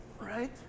right